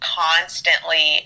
constantly